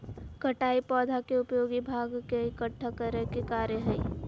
कटाई पौधा के उपयोगी भाग के इकट्ठा करय के कार्य हइ